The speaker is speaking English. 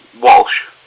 Walsh